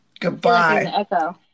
goodbye